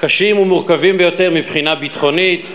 קשים ומורכבים ביותר מבחינה ביטחונית,